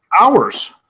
hours